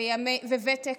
ותק,